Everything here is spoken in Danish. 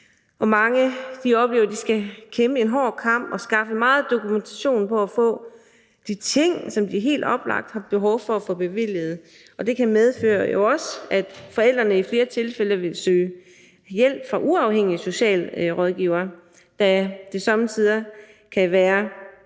Mange oplever, at de skal kæmpe en hård kamp og skaffe megen dokumentation for at få de ting, som de helt oplagt har behov for at få bevilget. Det kan jo også medføre, at forældrene i flere tilfælde vil søge hjælp fra uafhængige socialrådgivere, da det somme tider kan være